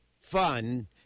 fun